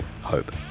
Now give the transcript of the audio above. hope